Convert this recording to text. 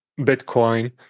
Bitcoin